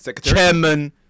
chairman